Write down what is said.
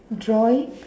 drawing